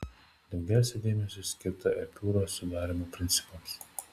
daugiausia dėmesio skirta epiūros sudarymo principams